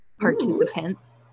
participants